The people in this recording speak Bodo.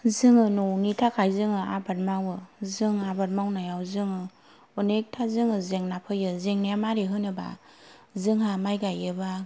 जोङो न'नि थाखाय जोङो आबाद मावो जों आबाद मावनायाव जोङो अनेकथा जोङो जेंना फैयो जेंनाया मारै होनोबा जोंहा माइ गायोबा